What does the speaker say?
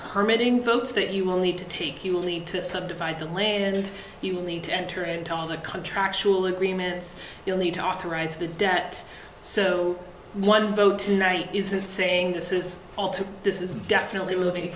emitting votes that you will need to take you'll need to subdivide the land you will need to enter into all the contractual agreements you'll need to authorize the debt so one vote tonight isn't saying this is all to this is definitely